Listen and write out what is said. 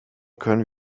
können